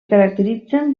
caracteritzen